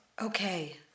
Okay